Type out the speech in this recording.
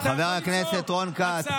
חבר הכנסת רון כץ.